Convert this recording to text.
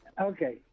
Okay